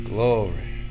Glory